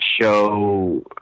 show